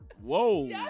Whoa